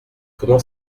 comment